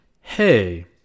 hey